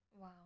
Wow